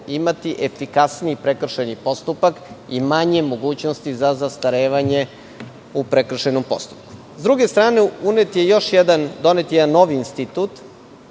imati efikasniji prekršajni postupak i manje mogućnosti za zastarevanje u prekršajnom postupku.S druge strane, donet je jedan novi institut,